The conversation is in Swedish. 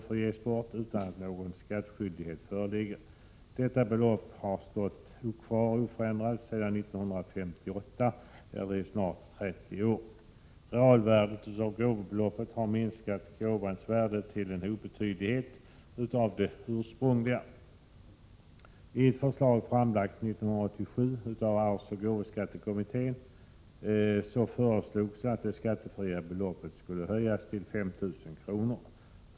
får ges bort utan att någon skattskyldighet föreligger. Detta belopp har varit oförändrat sedan 1958, alltså i snart 30 år. Realvärdet av gåvobeloppet har minskat gåvans värde till en obetydlig del av det ursprungliga värdet. I ett förslag framlagt 1987 av arvsoch gåvoskattekommittén föreslogs att det skattefria beloppet skulle höjas till 5 000 kr.